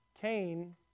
Cain